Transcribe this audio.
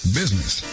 business